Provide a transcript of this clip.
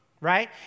right